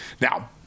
Now